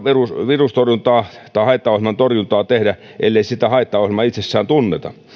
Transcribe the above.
virustorjuntaa tai haittaohjelman torjuntaa ei voida tehdä ellei sitä haittaohjelmaa itsessään tunneta